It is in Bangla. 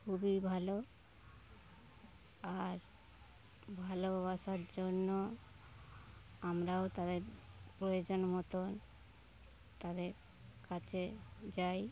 খুবই ভালো আর ভালোবাসার জন্য আমরাও তাদের প্রয়োজন মতন তাদের কাছে যাই